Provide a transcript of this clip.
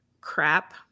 crap